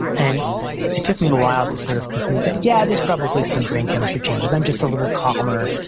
and it took me a while to sort of conclude that, yeah, there's probably some brain chemistry changes. i'm just a little calmer.